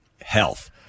health